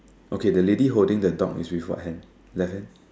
okay the lady holding the dog is with what hand left hand